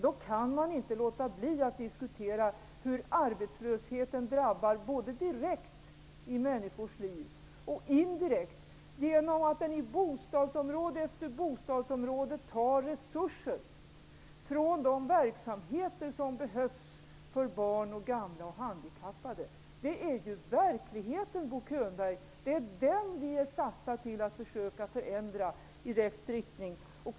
Då kan man inte låta bli att diskutera hur arbetslösheten drabbar människorna både direkt och indirekt genom att det på bostadsområde efter bostadsområde tas resurser från de verksamheter som behövs för barn, gamla och handikappade. Det är verkligheten, Bo Könberg. Det är den vi är satta till att försöka förändra i rätt riktning.